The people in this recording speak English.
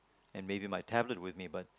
and maybe my tablet with me but